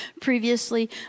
previously